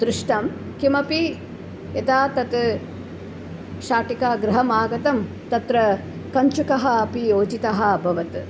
दृष्टं किमपि यदा तत् शाटिका गृहम् आगतं तत्र कञ्चुकः अपि योजितः अभवत्